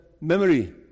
memory